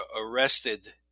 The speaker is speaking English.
arrested